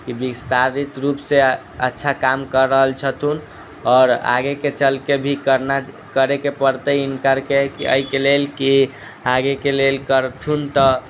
कि विस्तारित रूप से अच्छा अच्छा काम कऽ रहल छथुन आओर आगेके चलके भी करना करैके पड़तै हिनकाके एहिके लेल कि आगेके लेल करथुन तऽ